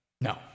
no